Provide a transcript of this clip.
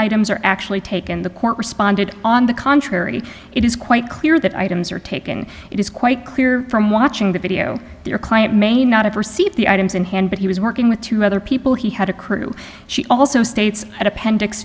items are actually taken the court responded on the contrary it is quite clear that items are taking it is quite clear from watching the video your client may not have received the items in hand but he was working with two other people he had a crew she also states at appendix